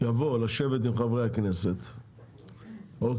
יבוא לשבת עם חברי הכנסת, אוקיי?